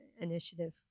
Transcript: initiative